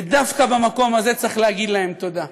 ודווקא במקום הזה צריך להגיד להם תודה.